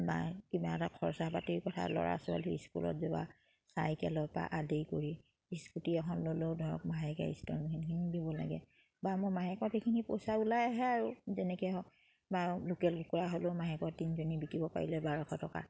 বা কিবা এটা খৰচা পাতিৰ কথা ল'ৰা ছোৱালী স্কুলত যোৱা চাইকেলৰ পৰা আদি কৰি স্কুটি এখন ল'লেও ধৰক মাহেকীয়া ইনষ্টলমেনখনি দিব লাগে বা মোৰ মাহেকত সেইখিনি পইচা ওলাই আহে আৰু যেনেকে হওক বা লোকেল কুকুৰা হ'লেও মাহেকত তিনজনী বিকিব পাৰিলে বাৰশ টকা